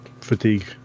fatigue